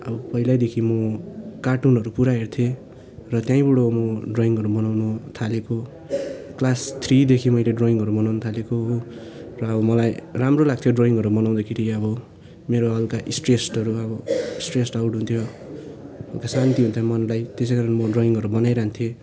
अब पहिल्यैदेखि म कार्टुनहरू पुरा हेर्थे र त्यहीँबाट म ड्रइङहरू बनाउनु थालेको क्लास थ्रीदेखि मैले ड्रइङहरू बनाउनु थालेको हो र मलाई राम्रो लाग्थ्यो ड्रइङहरू बनाउँदाखेरि अह मेरो हल्का स्ट्रेसहरू अब स्ट्रेसआउट हुन्थ्यो शान्ति हुन्थ्यो मनलाई त्यसैकारण म ड्रइङहरू बनाइरहन्थेँ